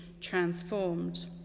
transformed